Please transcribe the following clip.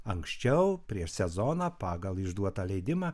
anksčiau prieš sezoną pagal išduotą leidimą